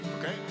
Okay